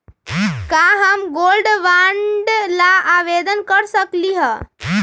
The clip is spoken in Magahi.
का हम गोल्ड बॉन्ड ला आवेदन कर सकली ह?